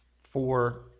four